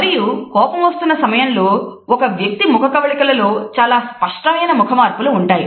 మరియు కోపం వస్తున్న సమయంలో ఒక వ్యక్తి ముఖకవళికల లో చాలా స్పష్టమైన ముఖ మార్పులు ఉంటాయి